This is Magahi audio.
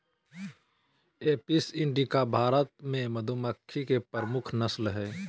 एपिस इंडिका भारत मे मधुमक्खी के प्रमुख नस्ल हय